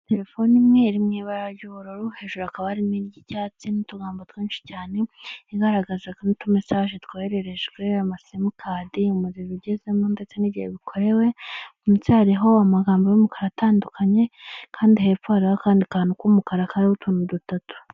Telefone imwe iri mu ibara ry'ubururu hejuru akaba ari ry'icyatsi n'utugambo twinshi cyane igaragaza utu mesage twohererejwe, amasimukadi umuriro ugezemo ndetse n'igihe bikorewe. Munsi hariho amagambo y'umukara atandukanye kandi hepfo hari akandi kantu k'umukara kariho utuntu dutatu.